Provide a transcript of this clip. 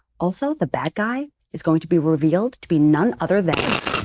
also, the bad guy is going to be revealed to be none other than